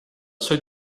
soy